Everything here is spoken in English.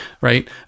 right